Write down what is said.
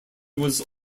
was